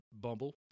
Bumble